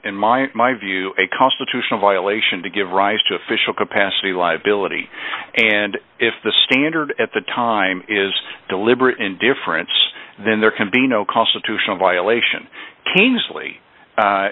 in my view a constitutional violation to give rise to official capacity liability and if the standard at the time is deliberate indifference then there can be no constitutional violation